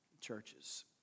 churches